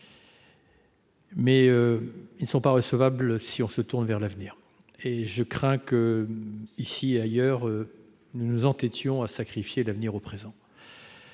ils ne sont pas recevables si l'on se tourne vers l'avenir. Je crains que, ici et ailleurs, nous ne nous entêtions à sacrifier l'avenir au présent.